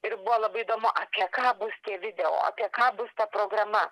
ir buvo labai įdomu apie ką bus tie video apie ką bus ta programa